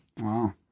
Wow